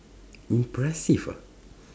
impressive ah